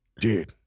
Dude